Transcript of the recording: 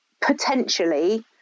potentially